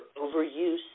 overuse